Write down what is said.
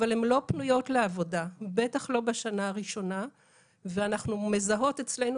אבל הן לא פנויות לעבודה ובטח לא בשנה הראשונה ואנחנו מזהות אצלינו